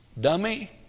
Dummy